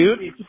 dude